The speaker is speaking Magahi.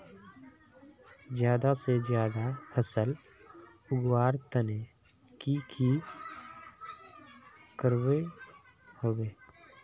ज्यादा से ज्यादा फसल उगवार तने की की करबय होबे?